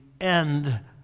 end